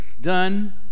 done